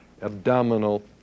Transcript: abdominal